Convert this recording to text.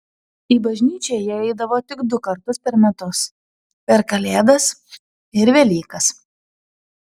į bažnyčią jie eidavo tik du kartus per metus per kalėdas ir velykas